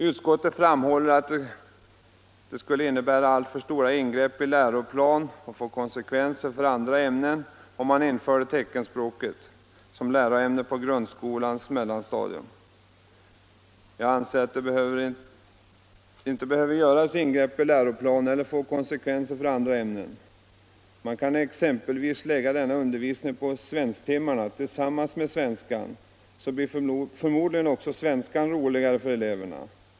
Utskottet framhåller att det skulle innebära alltför stort ingrepp i läroplanen och få konsekvenser för andra ämnen, om man införde teckenspråket som läroämne på grundskolans mellanstadium. Jag anser att det inte behöver göras ingrepp i läroplan eller få konsekvenser för andra ämnen. Man kan exempelvis lägga denna undervisning på svensktimmarna tillsammans med svenskan, så blir förmodligen också svenskan roligare för eleverna.